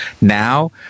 Now